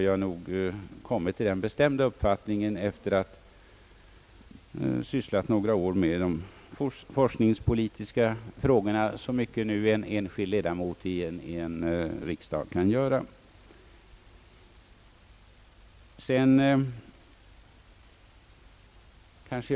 Jag har kommit till den bestämda uppfattningen efter att ha sysslat några år med de forskningspolitiska frågorna, så mycket nu en enskild ledamot av riksdagen kan göra det.